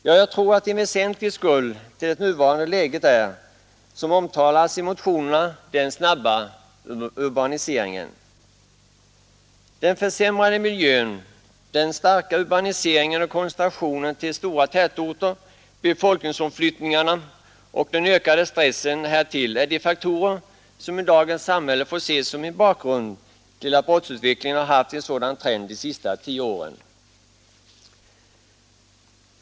Ja, jag tror att en väsentlig skuld till det nuvarande läget hårdhet och orättvisa, som vi är, som påtalas i motionerna, den snabba urbaniseringen. Den försämrade miljön, den starka urbaniseringen och koncentrationen till stora tätorter, befolkningsomflyttningarna och den ökade stressen härtill är de faktorer som i dagens samhälle får ses som en bakgrund till att brottsutvecklingen har haft en sådan trend de sista tio åren.